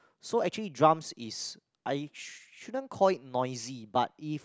so actually drums is I shouldn't call it noisy but if